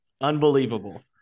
unbelievable